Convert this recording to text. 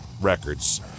Records